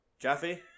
Jaffy